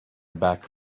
back